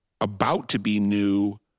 about-to-be-new